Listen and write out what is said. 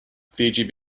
fiji